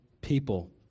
people